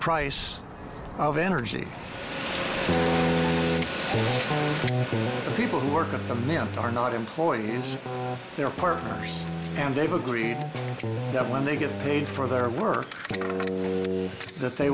price of energy the people who work at the mint are not employees they're partners and they've agreed that when they get paid for their work that they